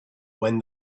when